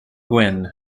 gwin